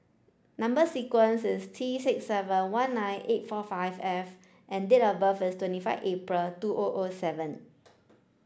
number sequence is T six seven one nine eight four five F and date of birth is twenty five April two O O seven